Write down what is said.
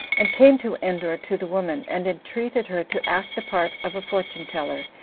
and came to endor to the woman, and entreated her to act the part of a fortune-teller,